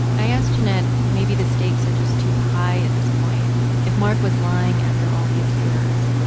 i asked jennet if maybe the stakes are just too high at this point if mark was lying after all these years.